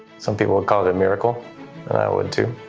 some people would call ate miracle and i would, too.